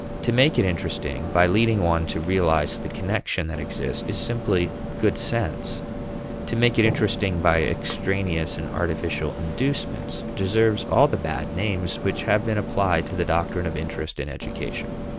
to make it interesting by leading one to realize the connection that exists is simply good sense to make it interesting by extraneous and artificial inducements deserves all the bad names which have been applied to the doctrine of interest in education.